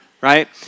right